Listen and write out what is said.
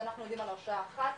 אנחנו יודעים על הרשעה אחת,